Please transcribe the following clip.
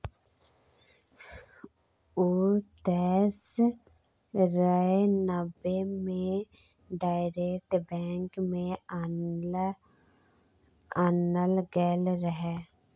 उन्नैस सय नब्बे मे डायरेक्ट बैंक केँ आनल गेल रहय